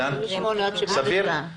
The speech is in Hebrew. עידן, סביר?